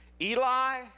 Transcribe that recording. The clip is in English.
Eli